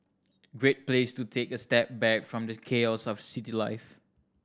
great place to take a step back from the chaos of city life